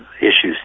issues